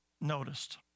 noticed